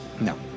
No